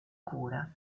cura